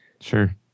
Sure